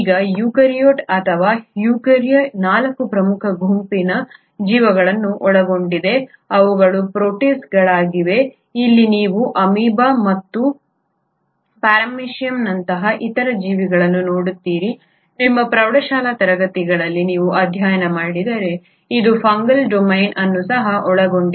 ಈಗ ಯೂಕ್ಯಾರಿಯೋಟಾ ಅಥವಾ ಯುಕಾರ್ಯ 4 ಪ್ರಮುಖ ಗುಂಪಿನ ಜೀವಿಗಳನ್ನು ಒಳಗೊಂಡಿದೆ ಅವುಗಳು ಪ್ರೋಟಿಸ್ಟ್ಗಳಾಗಿವೆ ಇಲ್ಲಿ ನೀವು ಅಮೀಬಾ ಮತ್ತು ಪ್ಯಾರಾಮೆಸಿಯಮ್ನಂತಹ ಇತರ ಜೀವಿಗಳನ್ನು ನೋಡುತ್ತೀರಿ ನಿಮ್ಮ ಪ್ರೌಢಶಾಲಾ ತರಗತಿಗಳಲ್ಲಿ ನೀವು ಅಧ್ಯಯನ ಮಾಡಿದರೆ ಇದು ಫಂಗಲ್ ಡೊಮೇನ್ ಅನ್ನು ಸಹ ಒಳಗೊಂಡಿದೆ